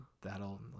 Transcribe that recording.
that'll